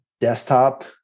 Desktop